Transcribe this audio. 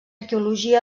arqueologia